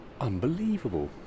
unbelievable